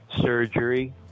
surgery